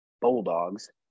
Bulldogs